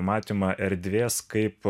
matymą erdvės kaip